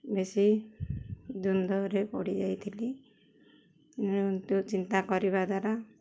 ବେଶୀ ଦ୍ଵନ୍ଦରେ ପଡ଼ି ଯାଇଥିଲି ଚିନ୍ତା କରିବା ଦ୍ୱାରା